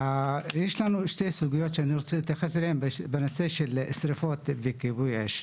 אני רוצה להתייחס לשתי סוגיות בנושא שריפות וכיבוי אש: